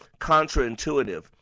contraintuitive